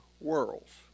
worlds